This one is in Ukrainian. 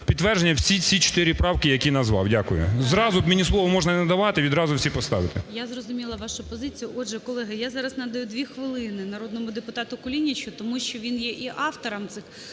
підтвердження всі ці 4 правки, які назвав. Дякую. Зразу, мені слово можна не надавати, відразу всі поставити. ГОЛОВУЮЧИЙ. Я зрозуміла вашу позицію. Отже, колеги, я зараз надаю 2 хвилини народному депутату Кулінічу, тому що він є і автором цих